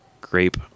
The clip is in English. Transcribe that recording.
grape